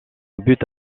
butte